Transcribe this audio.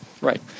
Right